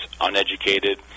uneducated